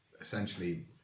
essentially